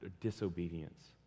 disobedience